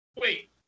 Wait